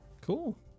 Cool